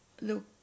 look